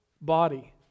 body